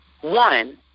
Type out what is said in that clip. One